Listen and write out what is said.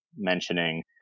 mentioning